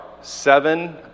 seven